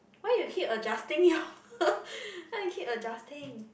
why you keep adjusting your why you keep adjusting